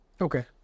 Okay